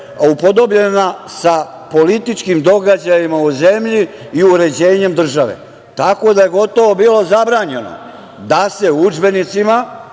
upodobljena sa političkim događajima u zemlji i uređenjem države, tako da je gotovo bilo zabranjeno da se u udžbenicima